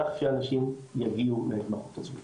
כך שאנשים יגיעו להתמחות הזו.